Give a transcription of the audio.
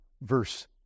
verse